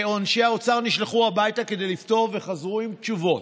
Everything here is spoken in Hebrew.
אנשי האוצר נשלחו הביתה כדי לפתור וחזרו עם תשובות.